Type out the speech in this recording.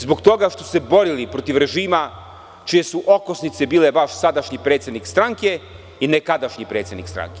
Zbog toga što su se borili protiv režima čije su okosnice bile vaš sadašnji predsednik stranke i nekadašnji predsednik stranke.